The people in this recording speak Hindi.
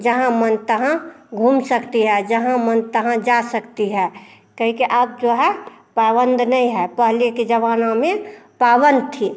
जहाँ मन तहाँ घूम सकती है जहाँ मन तहाँ जा सकती है कहि के अब जो है पाबंद नहीं है पहले के जमाने में पावन थी